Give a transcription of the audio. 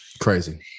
crazy